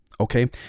Okay